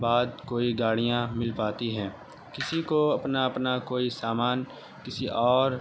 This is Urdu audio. بعد کوئی گاڑیاں مل پاتی ہیں کسی کو اپنا اپنا کوئی سامان کسی اور